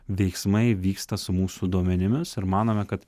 veiksmai vyksta su mūsų duomenimis ir manome kad